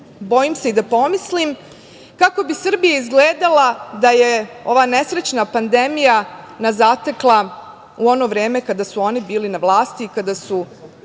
se i da pomislim kako bi Srbija izgledala da je ova nesrećna pandemija nas zatekla u ono vreme kada su oni bili na vlasti, kada su